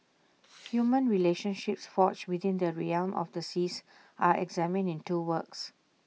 human relationships forged within the realm of the seas are examined in two works